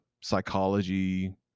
psychology